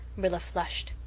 rilla flushed.